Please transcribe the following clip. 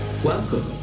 Welcome